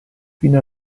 fino